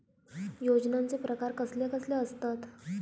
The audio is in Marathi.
योजनांचे प्रकार कसले कसले असतत?